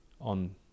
on